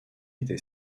était